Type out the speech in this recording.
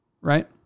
right